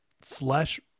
flesh